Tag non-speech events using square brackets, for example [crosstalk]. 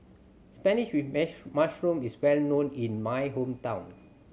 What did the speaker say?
spinach with [unintelligible] mushroom is well known in my hometown